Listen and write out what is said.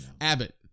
Abbott